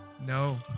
No